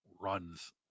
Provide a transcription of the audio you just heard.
runs